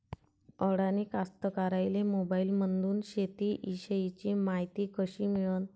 अडानी कास्तकाराइले मोबाईलमंदून शेती इषयीची मायती कशी मिळन?